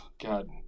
God